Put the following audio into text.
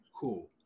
cool